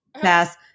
pass